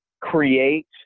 create